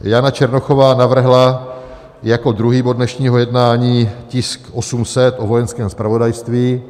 Jana Černochová navrhla jako druhý bod dnešního jednání tisk 800 o Vojenském zpravodajství.